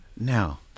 now